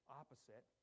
opposite